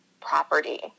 property